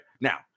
now